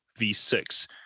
V6